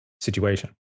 situation